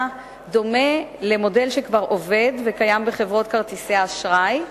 דומה למודל שכבר עובד וקיים בחברות כרטיסי האשראי,